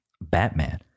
Batman